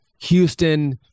Houston